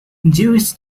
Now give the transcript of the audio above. jewish